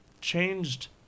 changed